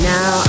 Now